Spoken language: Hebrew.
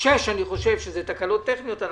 6 אני חושב שזה תקלות טכניות,